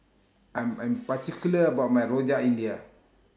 I'm Am particular about My Rojak India